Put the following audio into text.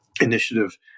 initiative